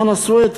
חנא סוייד,